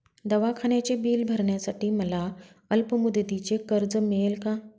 दवाखान्याचे बिल भरण्यासाठी मला अल्पमुदतीचे कर्ज मिळेल का?